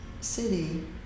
city